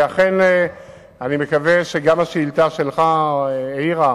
אני מקווה שהשאילתא שלך האירה